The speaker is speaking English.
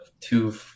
two